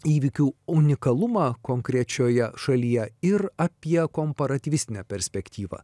įvykių unikalumą konkrečioje šalyje ir apie komparatyvistinę perspektyvą